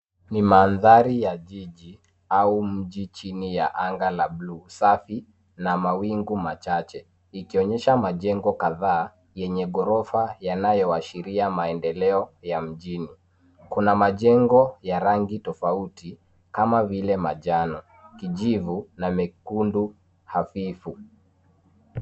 Ni mandhari ya jiji au mji, chini ya anga la blue safi na mawingu machache, ikionyesha majengo kadhaa yenye ghorofa yanayoashiria maendeleo ya mjini. Kuna majengo ya rangi tofauti kama vile manjano, kijivu, na mekundu hafifu.